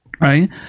right